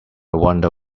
wonder